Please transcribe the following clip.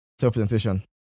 self-presentation